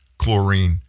chlorine